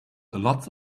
lots